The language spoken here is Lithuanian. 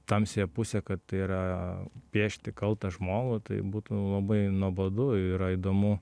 tamsiąją pusę kad tai yra piešti kaltą žmogų tai būtų labai nuobodu yra įdomu